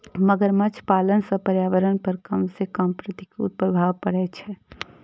मगरमच्छ पालन सं पर्यावरण पर कम सं कम प्रतिकूल प्रभाव पड़ै छै